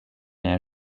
air